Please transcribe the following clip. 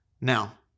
Now